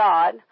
God